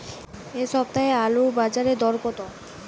এ সপ্তাহে আলুর বাজারে দর কত?